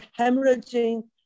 hemorrhaging